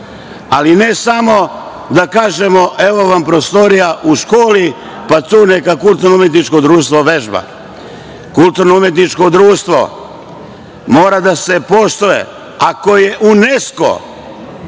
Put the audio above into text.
Ali, ne samo da kažemo – evo vam prostorija u školi, pa tu neka kulturno-umetničko društvo vežba. Kulturno-umetničko društvo mora da se poštuje. Ako je Unesko